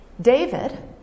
David